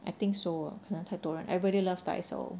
I think so 可能太多人 everybody loves daiso